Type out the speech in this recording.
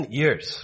years